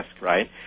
right